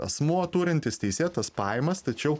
asmuo turintis teisėtas pajamas tačiau